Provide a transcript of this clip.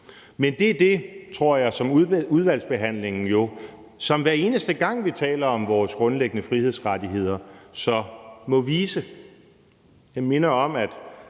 er det, tror jeg, som udvalgsbehandlingen jo, som hver eneste gang vi taler om vores grundlæggende frihedsrettigheder, så må vise. Jeg minder om, at